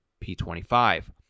P25